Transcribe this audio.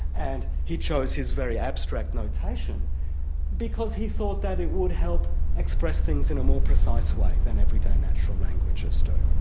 and he chose his very abstract notation because he thought that it would help express things in a more precise way than everyday natural languages do.